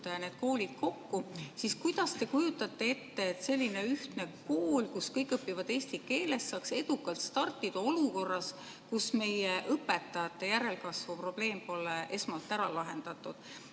need koolid kokku, siis kuidas te kujutate ette, et selline ühtne kool, kus kõik õpivad eesti keeles, saaks edukalt startida olukorras, kus õpetajate järelkasvu probleem pole esmalt ära lahendatud?